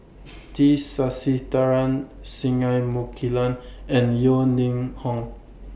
T Sasitharan Singai Mukilan and Yeo Ning Hong